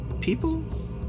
people